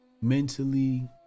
mentally